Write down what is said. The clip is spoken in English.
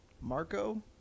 Marco